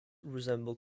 resemble